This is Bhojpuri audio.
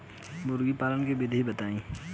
मुर्गीपालन के विधी बताई?